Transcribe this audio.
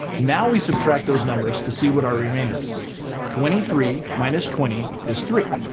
now we subtract those numbers to see what our remainder is twenty three minus twenty is three.